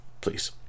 Please